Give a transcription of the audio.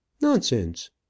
nonsense